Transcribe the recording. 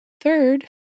Third